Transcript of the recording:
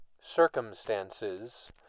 circumstances